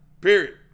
Period